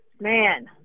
Man